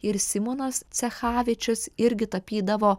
ir simonas čechavičius irgi tapydavo